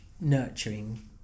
nurturing